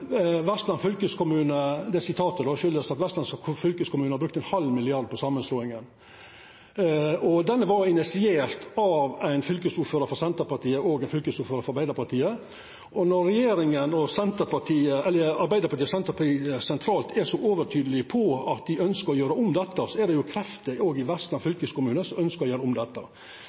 fylkeskommune brukte 0,5 mrd. kr på samanslåinga, og ho var initiert av ein fylkesordførar frå Senterpartiet og ein fylkesordførar frå Arbeidarpartiet. Når Arbeidarpartiet og Senterpartiet sentralt er så overtydelege på at dei ønskjer å gjera om dette, er det krefter òg i Vestland fylkeskommune som ønskjer å gjera det om.